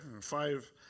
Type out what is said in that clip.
five